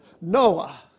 Noah